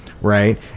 right